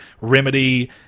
remedy